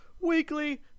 weekly